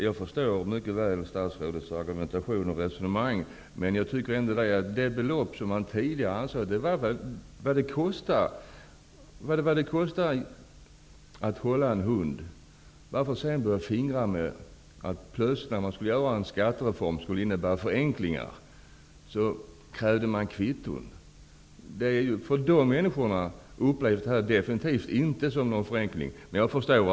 Herr talman! Jag förstår statsrådets argumentation. Det har tidigare bestämts vad det kostar att hålla en hund. Varför skall man då vid införandet av en skattereform -- som skall innebära förenklingar -- börja kräva in kvitton? Detta upplevs definitivt inte som någon förenkling av dessa människor.